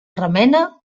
remena